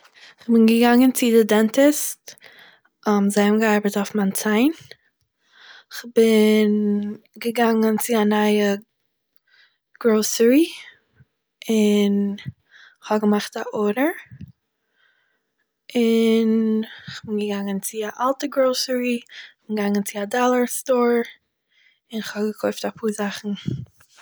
איך בין געגאנגען צו די דענטיסט, זיי האבן געארבעט אויף מיין ציין, כ'בין געגאנגען צו א נייע גראסערי און כ'האב געמאכט א ארדער, און איך בין געגאנגען צו א אלטע גראסערי, איך בין געגאנגען צו א דאלער סטור און איך האב געקויפט א פאר זאכן